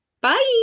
Bye